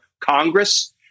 Congress